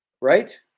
Right